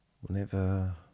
Whenever